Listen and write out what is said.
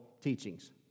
teachings